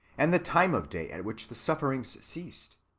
and the time of day at which the sufferings ceased,